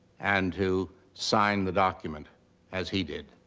and to sign the document as he did.